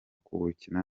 kuwukina